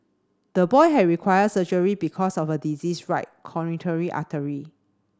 the boy had required surgery because of a diseased right artery